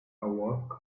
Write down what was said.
awoke